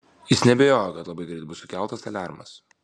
jis neabejojo kad labai greit bus sukeltas aliarmas